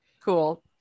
cool